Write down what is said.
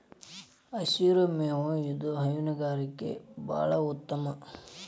ಹಸಿರು ಮೇವು ಇದು ಹೈನುಗಾರಿಕೆ ಬಾಳ ಉತ್ತಮ